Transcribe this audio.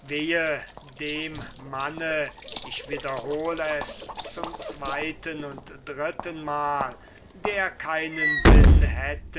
wehe dem mann ich wiederhol es zum zweiten und drittenmal der keinen sinn hat